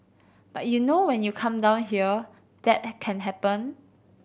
but you know when you come down here that can happen